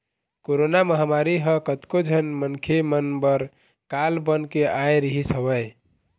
corona महामारी ह कतको झन मनखे मन बर काल बन के आय रिहिस हवय